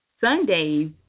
Sundays